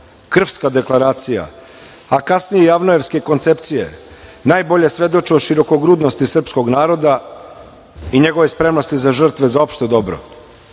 Krfska deklaracija, a kasnije i AVNOJ-evske koncepcije najbolje svedoče o širokogrudnosti srpskog naroda i njegove spremnosti za žrtve za opšte dobro. Ideje